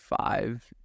five